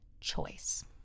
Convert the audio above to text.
choice